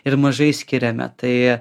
ir mažai skiriame tai